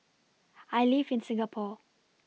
I live in Singapore